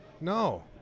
No